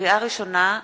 לקריאה ראשונה,